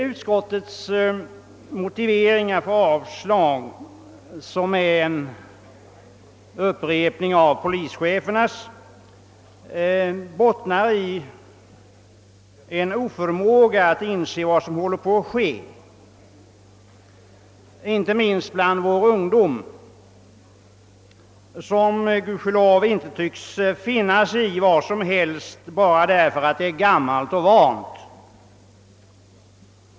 Utskottets motiveringar för att avstyrka motionärernas förslag, som är en upprepning av polischefernas, bottnar i en oförmåga att inse vad som håller på att ske inte minst bland ungdomen, som gudskelov inte tycks finna sig i vad som helst bara för att det är gammalt och vant.